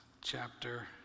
chapter